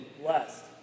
blessed